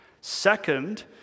Second